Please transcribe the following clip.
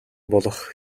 болох